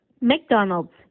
McDonald's